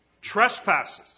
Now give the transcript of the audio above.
trespasses